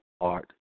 art